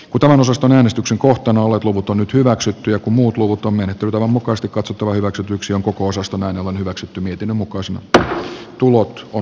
kuten osaston äänestyksen kohteena olleet luvut on nyt hyväksytty muut luvuton menettelytavan mukaista katsotulla hyväksytyksi on koko osaston on hyväksytty mietinnön mukaan toteaa että tulot on